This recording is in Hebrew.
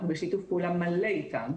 אנחנו בשיתוף פעולה מלא איתם.